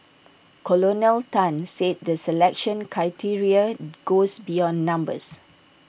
Colonel Tan said the selection criteria goes beyond numbers